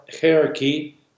hierarchy